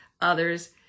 others